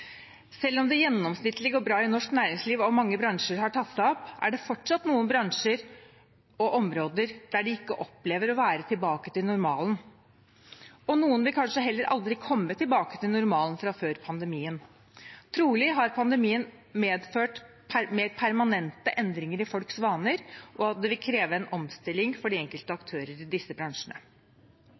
Selv om det gjennomsnittlig går bra i norsk næringsliv og mange bransjer har tatt seg opp, er det fortsatt noen bransjer og områder der de ikke opplever å være tilbake til normalen – og noen vil kanskje heller aldri komme tilbake til normalen fra før pandemien. Trolig har pandemien medført mer permanente endringer i folks vaner, og det vil kreve en omstilling for de enkelte aktører i disse bransjene.